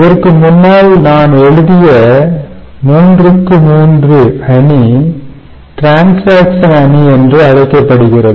இதற்கு முன்னால் நான் எழுதிய 3 x 3 அணி டிரன்சாக்சன் அணி என்று அழைக்கப்படுகிறது